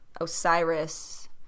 Osiris